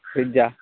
ഫ്രിഡ്ജോ